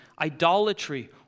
idolatry